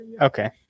Okay